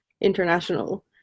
international